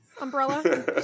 umbrella